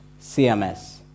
CMS